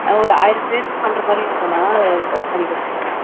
ஒரு ஆயிரம் பேருக்கு பண்ணுற மாதிரி இருக்குண்ணா அது கொஞ்சம் இது பண்ணிக் கொடுத்துடுங்க